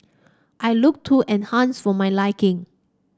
I looked too enhanced for my liking